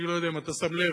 אני לא יודע אם אתה שם לב,